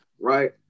Right